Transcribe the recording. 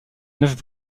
neuf